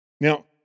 Now